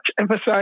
emphasize